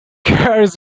cars